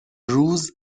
روز